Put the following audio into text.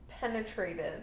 penetrated